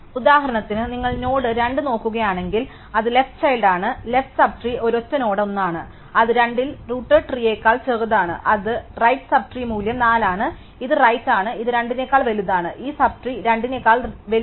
ഉദാഹരണത്തിന് നിങ്ങൾ നോഡ് 2 നോക്കുകയാണെങ്കിൽ അത് ലെഫ്റ് ചൈൽഡ് ആണ് ലെഫ്റ് സബ് ട്രീ ഒരു ഒറ്റ നോഡ് 1 ആണ് അത് 2 ൽ റൂട്ടേഡ് ട്രീയേക്കാൾ ചെറുതാണ് അത് റൈറ്റ് സബ് ട്രീ മൂല്യം 4 ആണ് ഇത് റൈറ്റ് ആണ് ഇത് 2 നേക്കാൾ വലുതാണ് ഈ സബ് ട്രീ 2 നെക്കാൾ വലുതാണ്